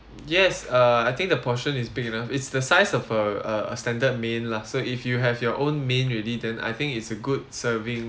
yes uh I think the portion is big enough it's the size of a uh a standard main lah so if you have your own main already then I think it's a good serving